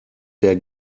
der